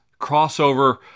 crossover